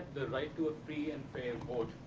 right to a free and fair vote,